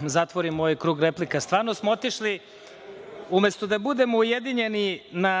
zatvorimo ovaj krug replika. Stvarno smo otišli predaleko. Umesto da budemo ujedinjeni na